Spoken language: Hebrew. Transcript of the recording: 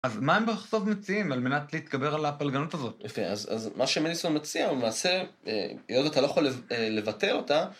אז מה הם בסוף מציעים על מנת להתגבר על הפלגנות הזאת? אוקיי, אז מה שמליסון מציע הוא למעשה... היות ואתה לא יכול לבטא אותה...